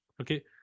Okay